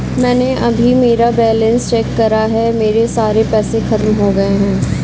मैंने अभी मेरा बैलन्स चेक करा है, मेरे सारे पैसे खत्म हो गए हैं